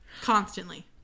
Constantly